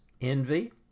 envy